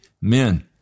men